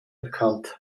erkannt